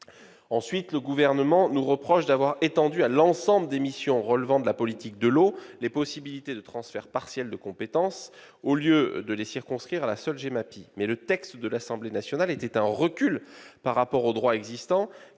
le Gouvernement nous reproche d'avoir étendu à l'ensemble des missions relevant de la politique de l'eau les possibilités de transfert partiel de compétences, au lieu de les circonscrire à la seule GEMAPI. Mais le texte de l'Assemblée nationale opérait un recul par rapport au droit existant